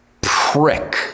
prick